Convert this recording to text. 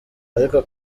ariko